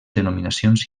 denominacions